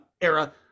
era